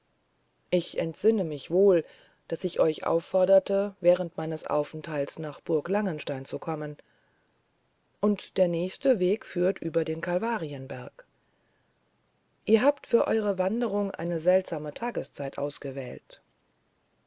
ich entsinne mich wohl daß ich euch aufforderte während meines aufenthaltes nach burg langenstein zu kommen und der nächste weg führt über den kalvarienberg ihr habt für eure wanderung eine seltsame tageszeit ausgewählt